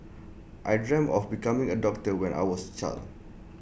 I dreamt of becoming A doctor when I was A child